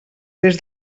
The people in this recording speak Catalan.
des